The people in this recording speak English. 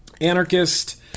Anarchist